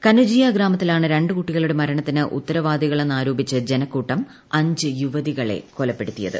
കനുജിയ ഗ്രാമത്തിലാണ് രണ്ട് കുട്ടിക്ടളുടെ മരണത്തിന് ഉത്തരവാദികളെന്നാരോപിച്ച് ജനക്കൂട്ടരിങ്ങ്ച് യുവതികളെ കൊല്പ്പെടുത്തിയത്